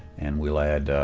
and we'll add